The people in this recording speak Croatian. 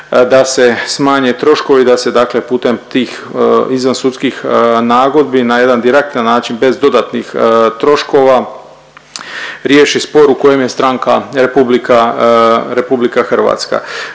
da se smanje troškovi, da se dakle putem tih izvan sudskih nagodbi na jedan direktan način bez dodatnih troškova riješi spor u kojem je stranka Republika Hrvatska.